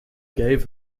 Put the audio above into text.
gave